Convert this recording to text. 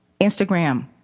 Instagram